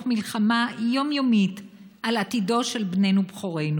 מלחמה יומיומית על עתידו של בננו בכורנו: